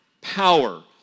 power